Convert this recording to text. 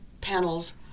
panels